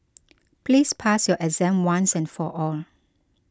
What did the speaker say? please pass your exam once and for all